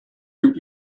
you